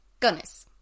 Gunnis